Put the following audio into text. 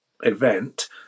event